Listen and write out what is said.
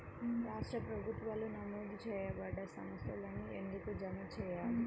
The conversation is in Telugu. రాష్ట్ర ప్రభుత్వాలు నమోదు చేయబడ్డ సంస్థలలోనే ఎందుకు జమ చెయ్యాలి?